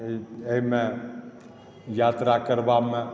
एहिमे यात्रा करबामे